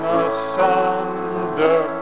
asunder